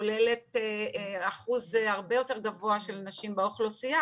כוללת אחוז הרבה יותר גבוה של נשים באוכלוסייה.